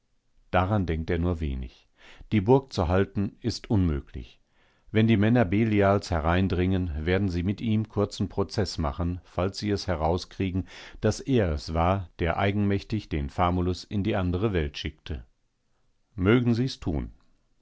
daran denkt er nur wenig die burg zu halten ist unmöglich wenn die männer belials hereindringen werden sie mit ihm kurzen prozeß machen falls sie es herauskriegen daß er es war der eigenmächtig den famulus in die andere welt schickte mögen sie's tun